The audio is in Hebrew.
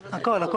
הכול.